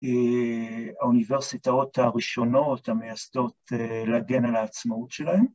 האוניברסיטאות הראשונות המייסדות להגן על העצמאות שלהן.